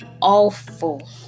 awful